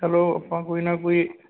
ਚਲੋ ਆਪਾਂ ਕੋਈ ਨਾ ਕੋਈ